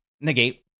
negate